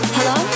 Hello